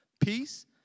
peace